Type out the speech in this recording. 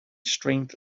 strength